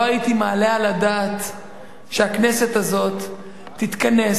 לא הייתי מעלה על הדעת שהכנסת הזאת תתכנס,